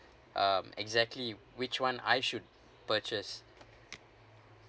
um exactly which [one] I should purchase